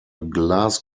glass